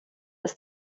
ist